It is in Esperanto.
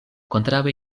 kontraŭe